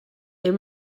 est